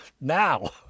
Now